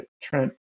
Trent